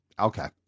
okay